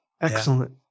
Excellent